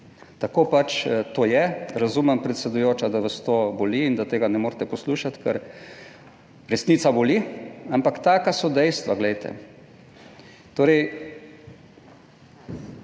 Tako pač to je. Razumem, predsedujoča, da vas to boli in da tega ne morete poslušati, ker resnica boli, ampak taka so dejstva, glejte. Torej,